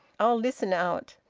i'll listen out.